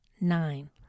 Nine